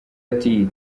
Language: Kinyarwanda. ati